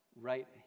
right